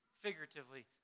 figuratively